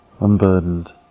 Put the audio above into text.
unburdened